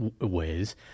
ways